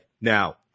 Now